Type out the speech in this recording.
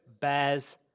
Bears